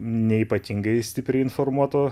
neypatingai stipriai informuoto